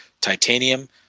Titanium